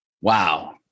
Wow